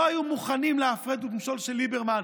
לא היו מוכנים להפרד ומשול של ליברמן,